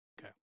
Okay